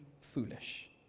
foolish